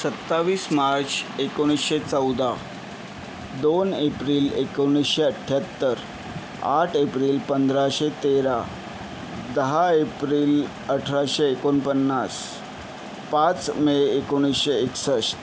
सत्तावीस मार्च एकोणीसशे चौदा दोन एप्रिल एकोणीसशे अठ्ठ्याहत्तर आठ एप्रिल पंधराशे तेरा दहा एप्रिल अठराशे एकोणपन्नास पाच मे एकोणीसशे एकसष्ट